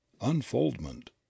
unfoldment